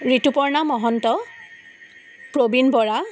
Rituparna Mahanta Prabin Bora